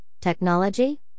technology